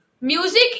Music